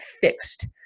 fixed